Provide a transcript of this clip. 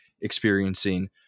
experiencing